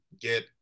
get